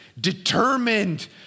determined